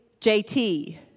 JT